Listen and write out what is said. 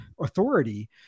authority